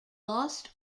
lost